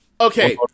okay